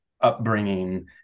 upbringing